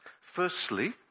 Firstly